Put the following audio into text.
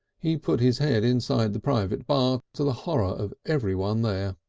he put his head inside the private bar to the horror of everyone there.